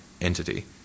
entity